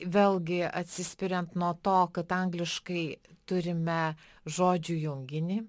vėlgi atsispiriant nuo to kad angliškai turime žodžių junginį